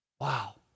Wow